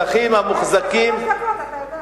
שלוש דקות, אתה יודע.